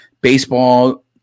baseball